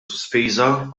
sospiża